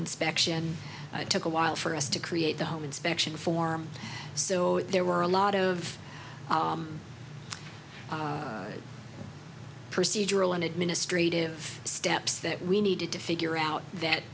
inspection took a while for us to create the home inspection form so there were a lot of procedural and administrative steps that we needed to figure out